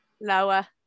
Lower